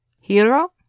Hero